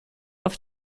auf